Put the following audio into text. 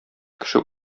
кеше